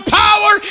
power